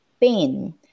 pain